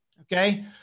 Okay